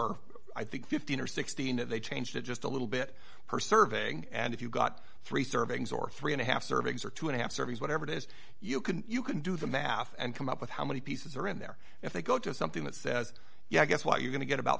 or i think fifteen or sixteen they changed it just a little bit per serving and if you've got three servings or three and a half servings or two and a half servings whatever it is you can you can do the math and come up with how many pieces are in there if they go to something that says yeah i guess why you're going to get about